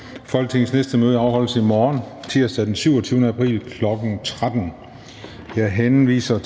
Folketingets næste møde afholdes i morgen, tirsdag den 27. april 2021, kl. 13.00. Jeg henviser til